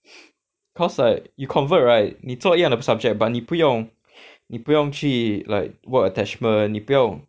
cause like you convert right 你做一样的 subject but 你不用 你不用去 like work attachment 你不用